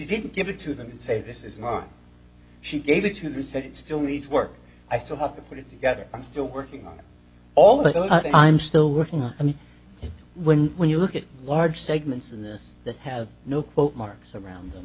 didn't give it to them and say this is my she gave it to me said it still needs work i still have to put it together i'm still working on all that i'm still working on and when when you look at large segments in this that have no quote marks around them